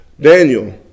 Daniel